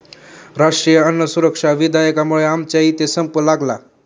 राष्ट्रीय अन्न सुरक्षा विधेयकामुळे आमच्या इथे संप लागला